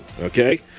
okay